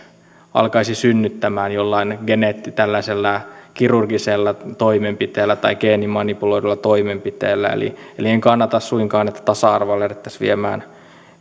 alkaisi synnyttämään jollain tällaisella kirurgisella toimenpiteellä tai geenimanipuloidulla toimenpiteellä eli eli en kannata suinkaan että tasa arvoa lähdettäisiin viemään